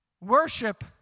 Worship